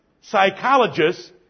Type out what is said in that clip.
psychologists